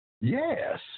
Yes